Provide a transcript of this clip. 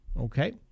Okay